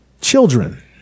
children